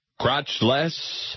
crotchless